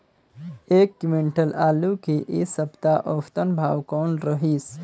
एक क्विंटल आलू के ऐ सप्ता औसतन भाव कौन रहिस?